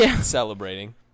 Celebrating